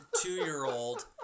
two-year-old